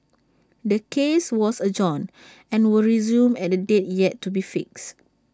the case was adjourned and will resume at A date yet to be fixed